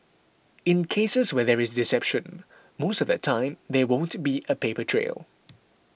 in cases where there is deception most of the time there won't be a paper trail